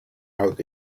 out